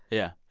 yeah,